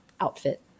outfit